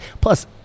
Plus